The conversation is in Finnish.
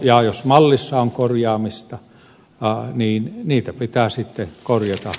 ja jos mallissa on korjaamista sitä pitää sitten korjata